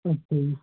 ਅੱਛਾ ਜੀ